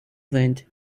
wind